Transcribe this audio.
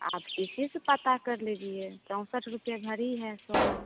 आप किसी से पता कर लीजिए चौंसठ रुपये भरी है सोना